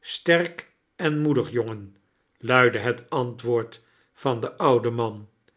sterk en moedig jongen luidde het antwoord van den ouden man